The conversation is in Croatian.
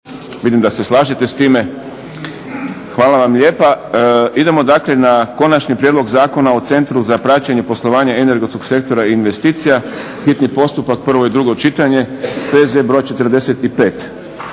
Boris (SDP)** Idemo dakle na Idemo dakle na - Konačni prijedlog zakona o Centru za praćenje poslovanja energetskog sektora i investicija, hitni postupak, prvo i drugo čitanje, P.Z. br. 45